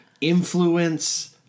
influence